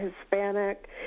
Hispanic